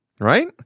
right